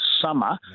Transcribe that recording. summer